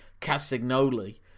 Cassignoli